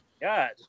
God